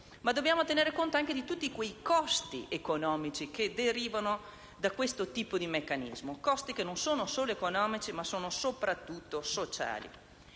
Dobbiamo tenere conto anche di tutti quei costi economici che derivano da questo tipo di meccanismo: costi che sono non solo economici, ma soprattutto sociali.